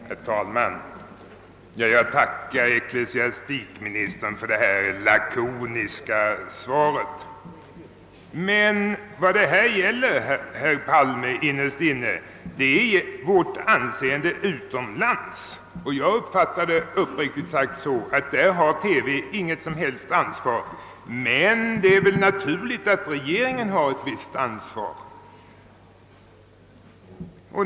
Herr talman! Jag tackar ecklesiastikministern för det lakoniska svaret. Men, herr talman, detta gäller innerst inne vårt anseende utomlands. Uppriktigt sagt uppfattar jag det så, att TV inte har något som helst ansvar, men det är naturligt att regeringen har ett visst ansvar.